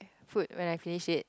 food when I finish it